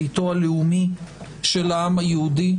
ביתו הלאומי של העם היהודי,